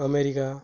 America